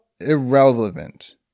irrelevant